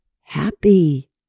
happy